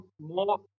more